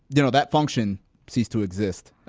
you know that function ceased to exist,